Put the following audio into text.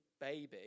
baby